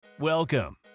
Welcome